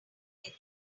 many